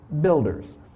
builders